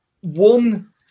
One